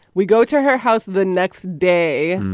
we go to her house the next day.